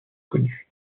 connues